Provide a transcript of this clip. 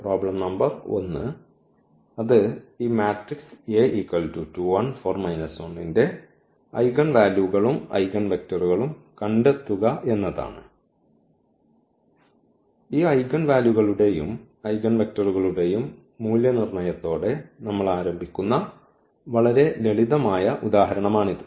problem number 1 അത് ഈ matrix ന്റെ ഐഗൺ വാല്യൂകളും ഐഗൺവെക്റ്ററുകളും കണ്ടെത്തുക എന്നതാണ് ഈ ഐഗൻ വാല്യൂകളുടെയും ഐഗൺവെക്റ്ററുകളുടെയും മൂല്യനിർണ്ണയത്തോടെ നമ്മൾ ആരംഭിക്കുന്ന വളരെ ലളിതമായ ഉദാഹരണമാണിത്